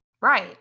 right